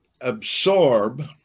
absorb